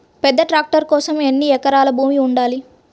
పెద్ద ట్రాక్టర్ కోసం ఎన్ని ఎకరాల భూమి ఉండాలి?